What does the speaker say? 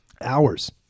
hours